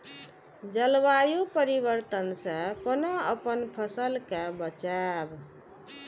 जलवायु परिवर्तन से कोना अपन फसल कै बचायब?